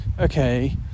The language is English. okay